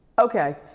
okay,